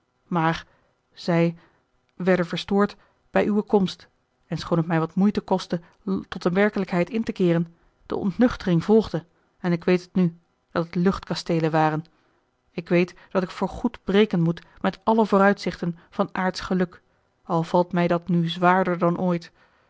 maar zij werden verstoord bij uwe komst en schoon het mij wat moeite koste tot de werkelijkheid in te keeren de ontnuchtering volgde en ik weet het nu dat het luchtkasteelen waren ik weet dat ik voor goed breken moet met alle vooruitzichten van aardsch geluk al valt mij dat nu zwaarder dan ooit